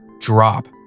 drop